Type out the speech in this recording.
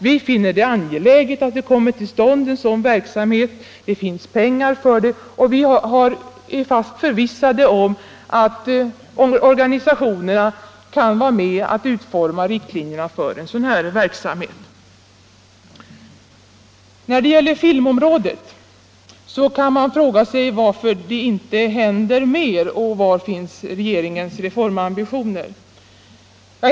Vi finner det angeläget att det kommer till stånd en sådan verksamhet, det finns pengar för den och vi är fast förvissade om att organisationerna kan vara med och utforma riktlinjerna för den. När det gäller filmområdet kan man fråga sig: Varför händer det inte mer? Var finns regeringens reformambitioner?